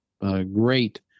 great